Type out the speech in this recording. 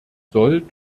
soll